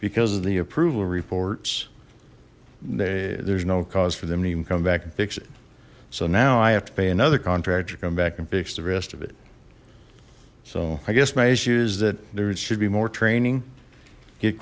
because of the approval reports there's no cause for them to even come back and fix it so now i have to pay another contractor to come back and fix the rest of it so i guess my issue is that there should be more training get